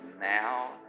now